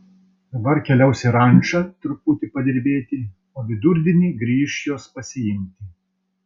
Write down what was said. dabar keliaus į rančą truputį padirbėti o vidurdienį grįš jos pasiimti